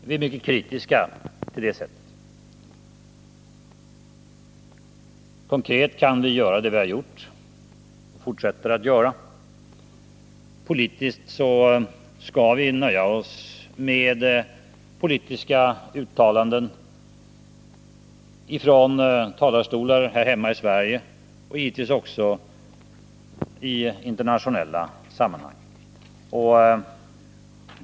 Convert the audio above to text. Vi är mycket kritiska till detta. Konkret kan vi göra det vi redan har gjort och fortsätter att göra. Politiskt skall vi nöja oss med uttalanden från talarstolar här hemma i Sverige och givetvis även i internationella sammanhang.